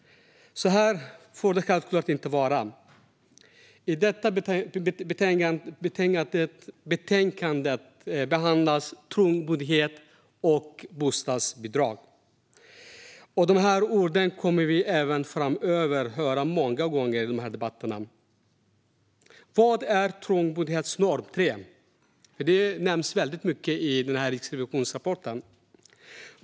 Så här får det självklart inte vara. I detta betänkande behandlas trångboddhet och bostadsbidrag. De orden kommer vi även framöver att höra många gånger i debatterna. Vad är trångboddhetsnorm 3? Det nämns väldigt mycket i riksrevisionsrapporten.